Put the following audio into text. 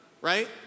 right